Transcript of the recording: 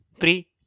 three